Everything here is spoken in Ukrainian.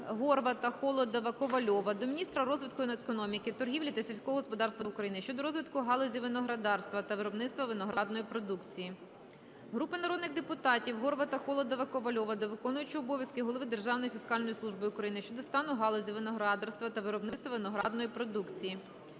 (Горвата, Холодова, Ковальова) до міністра розвитку економіки, торгівлі та сільського господарства України щодо розвитку галузі виноградарства та виробництва виноробної продукції. Групи народних депутатів (Горвата, Холодова, Ковальова) до виконуючого обов'язки голови Державної фіскальної служби України щодо стану галузі виноградарства та виробництва виноробної продукції.